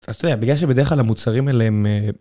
בגלל שבדרך כלל המוצרים האלה הם